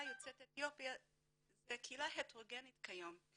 יוצאי אתיופיה היא קהילה הטרוגנית כיום.